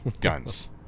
guns